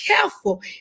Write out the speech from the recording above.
careful